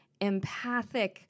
empathic